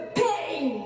pain